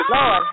Lord